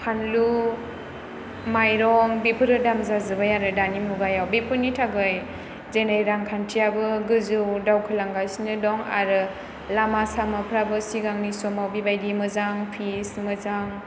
फानलु माइरं बेफोरो दाम जाजोबबाय आरो दानि मुगायाव बेफोरनि थाखाय दिनै रां खान्थियाबो गोजौआव दावखोलांगासिनो दं आरो लामा सामाफ्राबो सिगांनि समाव बिबादि मोजां फिस मोजां